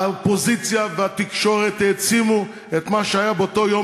האופוזיציה והתקשורת העצימו את מה שהיה באותו יום